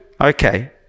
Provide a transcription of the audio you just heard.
Okay